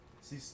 See